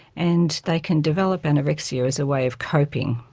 and they can develop anorexia as a way of coping.